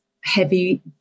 heavy